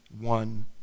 one